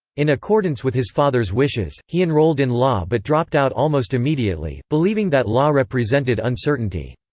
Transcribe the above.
in accordance with his father's wishes, he enrolled in law but dropped out almost immediately, believing that law represented uncertainty.